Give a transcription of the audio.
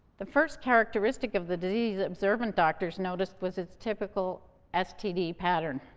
the first characteristic of the disease observant doctors noticed was its typical std pattern.